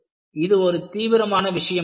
இது ஒரு தீவிரமான விஷயமாகும்